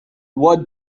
what